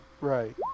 Right